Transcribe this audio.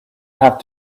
have